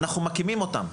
אנחנו מקימים אותם.